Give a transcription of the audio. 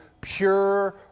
pure